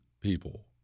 people